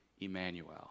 Emmanuel